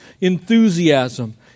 enthusiasm